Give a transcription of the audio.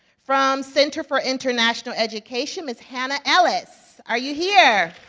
from center for international education, ms. hanna ellis, are you here?